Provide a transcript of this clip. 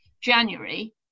January